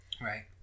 Right